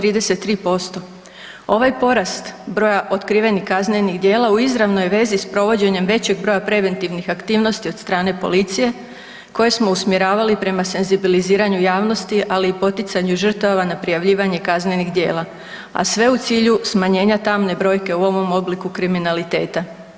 Ovaj porast broja otkrivenih kaznenih djela u izravnoj je vezi s provođenjem većeg broja preventivnih aktivnosti od strane policije koje smo usmjeravali prema senzibiliziranju javnosti, ali i poticanju žrtava na prijavljivanje kaznenih djela, a sve u cilju smanjenja tamne brojke u ovom obliku kriminaliteta.